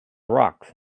rocks